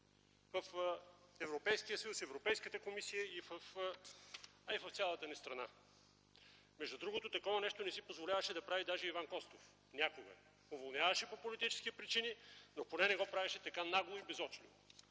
в Европейския съюз, Европейската комисия, а и в цялата страна. Между другото, такова нещо не си позволяваше да прави някога даже Иван Костов. Уволняваше по политически причини, но поне не го правеше така нагло и безочливо.